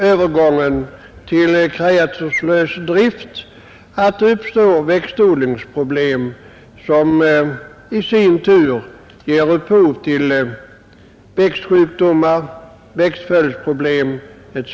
Övergången till kreaturslös drift betyder t.ex. att det uppstår växtodlingsproblem, som i sin tur ger upphov till växtsjukdomar, växtföljdsproblem etc.